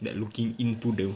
that looking into the